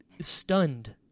stunned